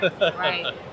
Right